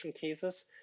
cases